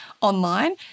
online